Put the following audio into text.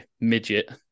midget